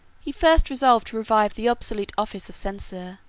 he first resolved to revive the obsolete office of censor